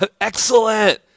excellent